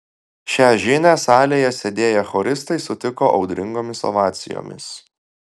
šią žinią salėje sėdėję choristai sutiko audringomis ovacijomis